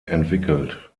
entwickelt